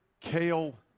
kale